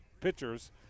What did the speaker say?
pitchers